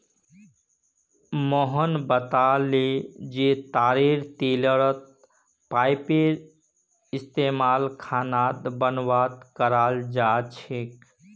मोहन बताले जे तारेर तेलेर पइस्तमाल खाना बनव्वात कराल जा छेक